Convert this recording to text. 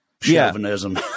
chauvinism